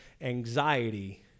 anxiety